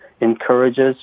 encourages